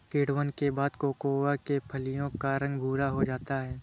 किण्वन के बाद कोकोआ के फलियों का रंग भुरा हो जाता है